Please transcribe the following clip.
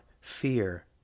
Fear